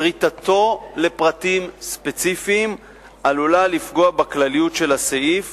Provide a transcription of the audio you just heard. פריטתו לפרטים ספציפיים עלולה לפגוע בכלליות של הסעיף